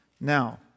Now